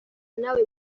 nawe